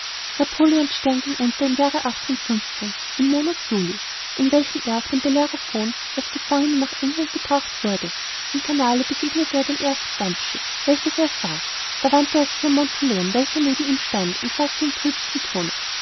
napoleon's stern ging unter im jahre im monat juli in welchem er auf dem bellerophon als gefangener nach england gebracht wurde im kanale begegnete ihm das erste dampfschiff welches er sah da wandte er sich an montholon welcher neben ihm stand und sagte im trübsten tone